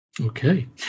Okay